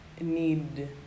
need